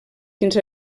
quins